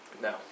No